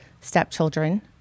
stepchildren